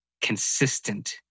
consistent